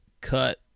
cut